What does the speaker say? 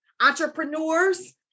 entrepreneurs